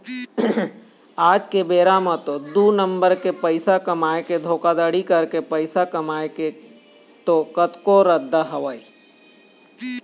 आज के बेरा म तो दू नंबर के पइसा कमाए के धोखाघड़ी करके पइसा कमाए के तो कतको रद्दा हवय